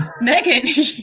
Megan